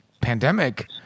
pandemic